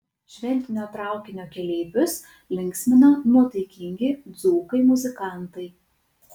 šventinio traukinio keleivius linksmina nuotaikingi dzūkai muzikantai